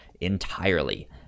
entirely